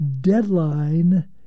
deadline